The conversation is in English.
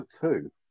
two